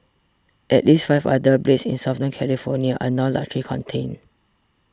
at least five other blazes in Southern California are now largely contained